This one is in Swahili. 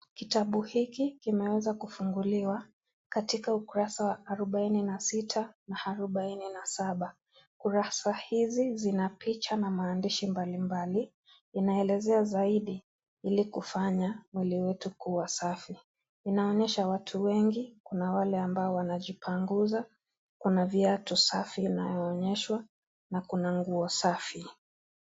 Kitabu hiki kimeweza kufunguliwa katika ukurasa wa arubaini na sita na arubaini na saba, ukurasa hizi zina picha na maandishi mbalimbali. Linaelezea zaidi ili kufanya mwili wetu kuwa safi, linaonyesha watu wengi. Kuna wale ambao wanajipanguza kuna viatu safi zinaonyeshwa na kuna nguo safi.